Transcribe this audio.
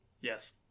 Yes